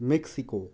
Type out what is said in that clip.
Mexico